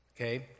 okay